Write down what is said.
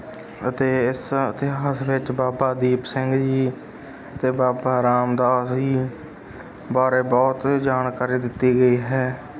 ਅਤੇ ਇਸ ਇਤਿਹਾਸ ਵਿੱਚ ਬਾਬਾ ਦੀਪ ਸਿੰਘ ਜੀ ਅਤੇ ਬਾਬਾ ਰਾਮਦਾਸ ਜੀ ਬਾਰੇ ਬਹੁਤ ਜਾਣਕਾਰੀ ਦਿੱਤੀ ਗਈ ਹੈ